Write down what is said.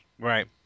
Right